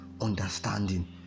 understanding